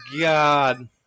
God